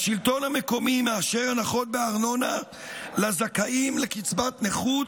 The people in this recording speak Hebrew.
השלטון המקומי מאשר הנחות בארנונה לזכאים לקצבת נכות